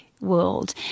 world